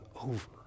over